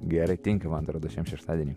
gerai tinka man atrodo šiam šeštadieniui